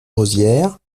rosières